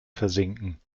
versinken